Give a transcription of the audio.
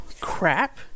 crap